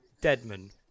Deadman